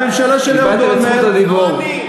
קיבלתם את רשות הדיבור.